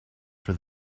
for